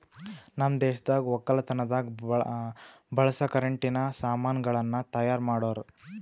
ನಮ್ ದೇಶದಾಗ್ ವಕ್ಕಲತನದಾಗ್ ಬಳಸ ಕರೆಂಟಿನ ಸಾಮಾನ್ ಗಳನ್ನ್ ತೈಯಾರ್ ಮಾಡೋರ್